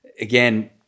again